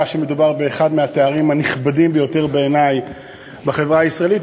שמדובר באחד מהתארים הנכבדים ביותר בעיני בחברה הישראלית,